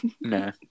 No